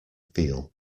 feel